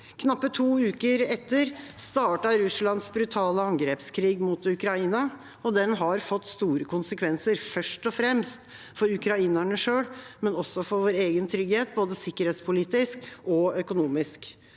Knappe to uker etter startet Russlands brutale angrepskrig mot Ukraina. Den har fått store konsekvenser, først og fremst for ukrainerne selv, men også for vår egen trygghet, både sikkerhetspolitisk og økonomisk.